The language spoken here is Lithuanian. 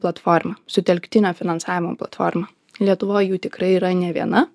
platformą sutelktinio finansavimo platformą lietuvoj jų tikrai yra ne viena